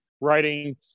Writing